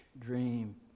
dream